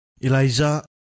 Eliza